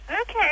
Okay